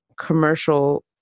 commercial